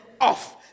off